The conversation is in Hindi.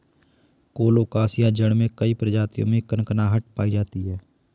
कोलोकासिआ जड़ के कई प्रजातियों में कनकनाहट पायी जाती है